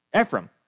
Ephraim